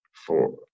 four